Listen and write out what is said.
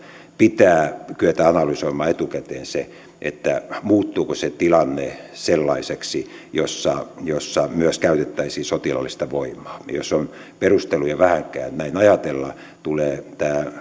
pitää kyetä analysoimaan etukäteen muuttuuko se tilanne sellaiseksi jossa jossa myös käytettäisiin sotilaallista voimaa ja jos on perusteluja vähänkään näin ajatella tulee tämä